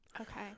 Okay